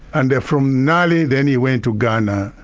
and from manali then he went to ghana.